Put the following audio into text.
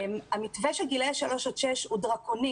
המתווה של גילי שלוש שעד שש הוא דרקוני